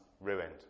ruined